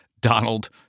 Donald